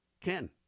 Ken